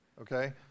okay